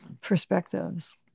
perspectives